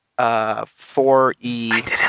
4e